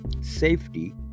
safety